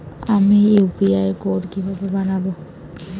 আমি UPI code কিভাবে বানাব?